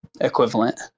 equivalent